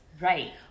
Right